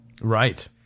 Right